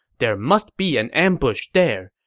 there must be an ambush there.